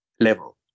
level